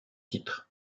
titre